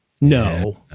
no